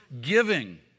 Giving